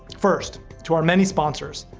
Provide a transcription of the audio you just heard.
first, to our many sponsors,